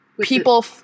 people